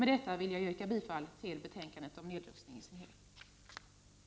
Med detta vill jag yrka bifall till hemställan i dess helhet i utrikesutskottets betänkande om nedrustning.